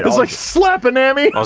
like, slapenemmy.